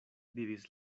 diris